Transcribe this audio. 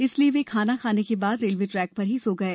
इसलिए वे खाना खाने के बाद रेलवे ट्रैक पर ही सो गए